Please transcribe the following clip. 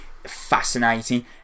fascinating